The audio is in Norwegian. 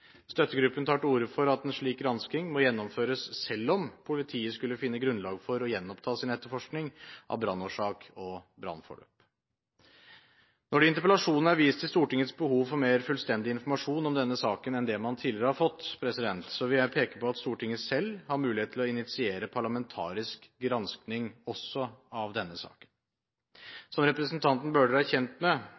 Støttegruppen tar til orde for at en slik gransking må gjennomføres selv om politiet skulle finne grunnlag for å gjenoppta sin etterforskning av brannårsak og brannforløp. Når det i interpellasjonen er vist til Stortingets behov for mer «fullstendig informasjon» om denne saken enn det man tidligere har fått, vil jeg peke på at Stortinget selv har mulighet til å initiere parlamentarisk gransking også av denne saken. Som representanten Bøhler er kjent med,